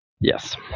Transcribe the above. Yes